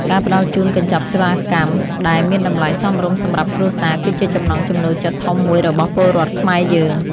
ការផ្តល់ជូនកញ្ចប់សេវាកម្មដែលមានតម្លៃសមរម្យសម្រាប់គ្រួសារ គឺជាចំណង់ចំណូលចិត្តធំមួយរបស់ពលរដ្ឋខ្មែរយើង។